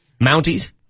Mounties